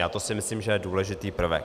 A to si myslím, že je důležitý prvek.